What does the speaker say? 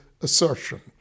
assertion